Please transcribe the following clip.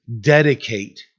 dedicate